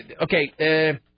Okay